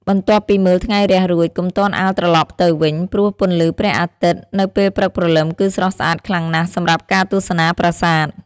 បន្ទាប់ពីមើលថ្ងៃរះរួច កុំទាន់អាលត្រឡប់ទៅវិញ ព្រោះពន្លឺព្រះអាទិត្យនៅពេលព្រឹកព្រលឹមគឺស្រស់ស្អាតខ្លាំងណាស់សម្រាប់ការទស្សនាប្រាសាទ។